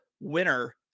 winner